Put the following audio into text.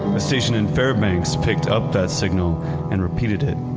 um a station in fairbanks picked up that signal and repeated it.